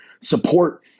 support